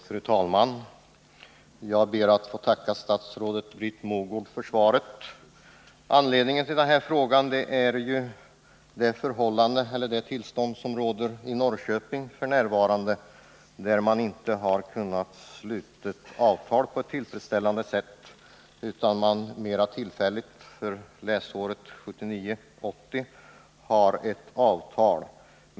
Fru talman! Jag ber att få tacka statsrådet Britt Mogård för svaret. Anledningen till att jag har ställt denna fråga är det tillstånd som f. n. råder i Norrköping. Där har man inte kunnat sluta avtal på ett tillfredsställande sätt, utan man har för läsåret 1979/80 ett tillfälligt avtal.